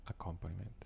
accompaniment